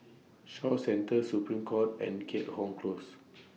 Shaw Centre Supreme Court and Keat Hong Close